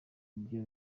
ibyo